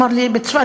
אמר לי: בצפת,